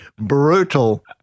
brutal